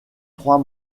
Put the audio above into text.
trois